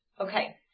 okay